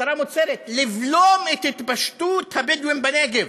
המטרה המוצהרת: לבלום את התפשטות הבדואים בנגב,